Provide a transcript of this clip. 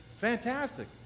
fantastic